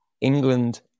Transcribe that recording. England